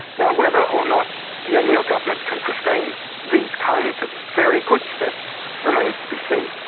now, whether or not the o'neill government can sustain these kinds of very good steps remains to be seen.